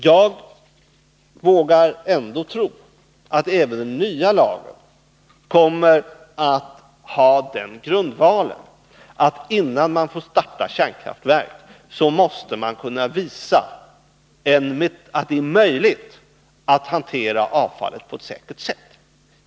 Jag vågar ändå tro att även den nya lagen kommer att ha den grundtanken att man, innan man får starta kärnkraftverk, måste kunna visa att det är möjligt att hantera avfall på ett säkert sätt.